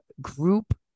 Group